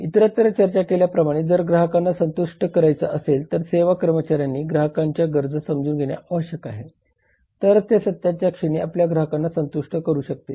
इतरत्र चर्चा केल्याप्रमाणे जर ग्राहकांना संतुष्ट करायचे असेल तर सेवा कर्मचाऱ्यांनी ग्राहकांच्या गरजा समजून घेणे आवश्यक आहे तरच ते सत्याच्या क्षणी आपल्या ग्राहकांना संतुष्ट करू शकतील